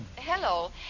Hello